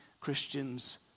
Christians